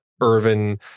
Irvin